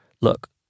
Look